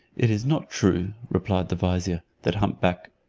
it is not true, replied the vizier, that hump-back